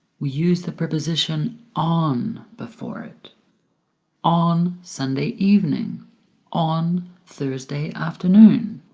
we use the preposition on before it on sunday evening on thursday afternoon